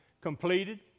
completed